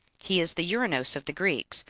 he is the uranos of the greeks,